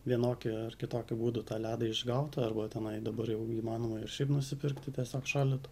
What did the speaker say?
vienokiu ar kitokiu būdu tą ledą išgaut arba tenai dabar jau įmanoma ir šiaip nusipirkti tiesiog šaldyto